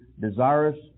desirous